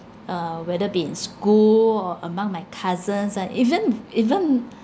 uh whether be in school or among my cousins and even even